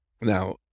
now